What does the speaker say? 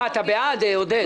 אתה בעד, עודד.